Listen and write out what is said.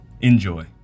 Enjoy